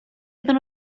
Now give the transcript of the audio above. iddyn